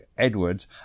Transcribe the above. edwards